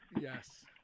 Yes